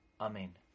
Amen